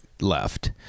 left